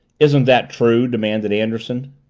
isn't that true? demanded anderson.